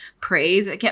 praise